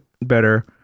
better